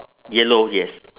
yellow yes